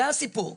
זה הסיפור.